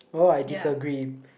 all I disagree